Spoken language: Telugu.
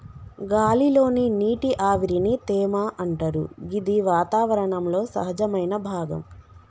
గాలి లోని నీటి ఆవిరిని తేమ అంటరు గిది వాతావరణంలో సహజమైన భాగం